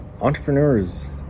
entrepreneurs